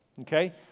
okay